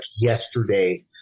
yesterday